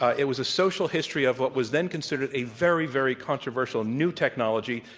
ah it was a social history of what was then considered a very, very controversial new technology,